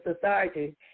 society